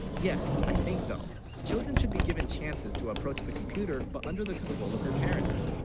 yes i think so children should be given chances to approach the computer but under the control of their parents,